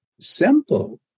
simple